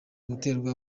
guterwa